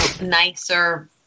nicer